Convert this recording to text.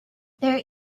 there